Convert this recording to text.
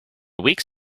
weeks